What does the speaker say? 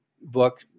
book